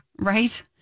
Right